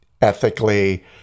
ethically